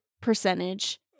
percentage